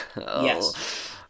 Yes